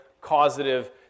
causative